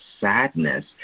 sadness